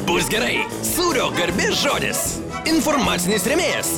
bus gerai sūrio garbės žodis informacinis rėmėjas